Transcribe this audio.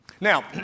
Now